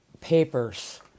papers